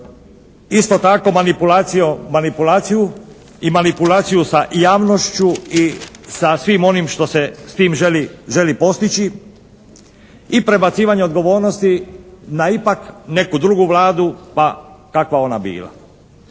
i manipulaciju sa javnošću i sa svim onim što se s tim želi postići i prebacivanje odgovornosti na ipak neku drugu Vladu pa kakva ona bila.